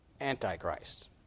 Antichrist